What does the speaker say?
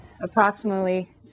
approximately